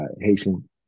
haitian